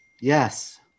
yes